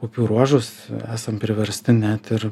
upių ruožus esam priversti net ir